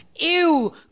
ew